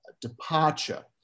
departure